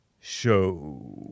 show